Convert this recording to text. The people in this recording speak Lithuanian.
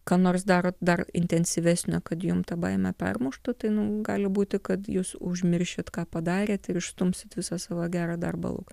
ką nors darot dar intensyvesnio kad jums tą baimę permuštų tai gali būti kad jūs užmiršit ką padarėt išstumsit visą savo gerą darbą lauk